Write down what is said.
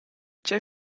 tgei